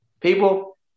People